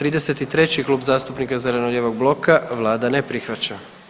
33., Klub zastupnika zeleno-lijevog bloka, Vlada ne prihvaća.